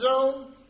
zone